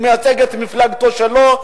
הוא מייצג את מפלגתו שלו.